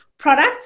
Products